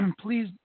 please